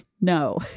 No